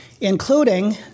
including